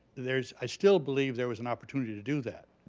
there's i still believe there was an opportunity to do that.